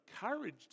courage